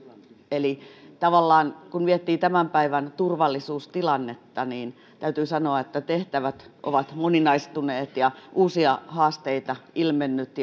eli tavallaan kun miettii tämän päivän turvallisuustilannetta niin täytyy sanoa että tehtävät ovat moninaistuneet ja uusia haasteita on ilmennyt